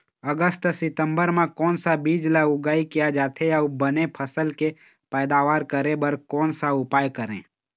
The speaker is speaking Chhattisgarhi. अगस्त सितंबर म कोन सा बीज ला उगाई किया जाथे, अऊ बने फसल के पैदावर करें बर कोन सा उपाय करें?